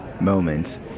moments